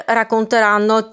racconteranno